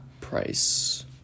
price